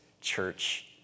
church